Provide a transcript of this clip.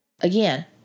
again